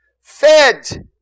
fed